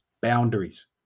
boundaries